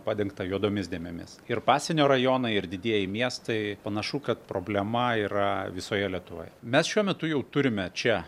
padengta juodomis dėmėmis ir pasienio rajonai ir didieji miestai panašu kad problema yra visoje lietuvoje mes šiuo metu jau turime čia